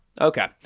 Okay